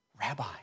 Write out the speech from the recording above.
Rabbi